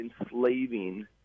enslaving